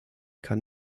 kann